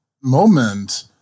moment